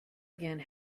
again